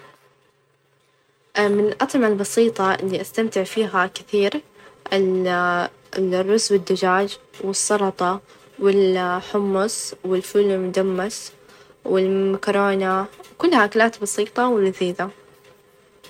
من الأطعمة البسيطة اللي استمتع فيها كثير الرز ،والدجاج، والسلطة ، والحمص، والفول المدمس، والمكرونة، كلها أكلات بسيطة ولذيذة.